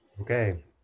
okay